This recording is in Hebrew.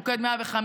מוקד 105,